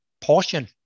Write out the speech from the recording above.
portion